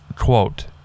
Quote